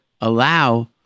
allow